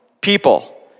people